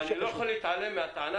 אבל אני לא יכול להתעלם מהטענה,